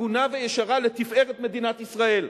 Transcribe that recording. הגונה וישרה, לתפארת מדינת ישראל.